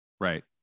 Right